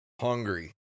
hungry